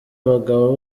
abagabo